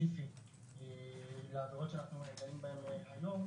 ספציפית בעבירות שאנחנו דנים בהם היום,